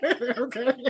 Okay